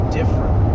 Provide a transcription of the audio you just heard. different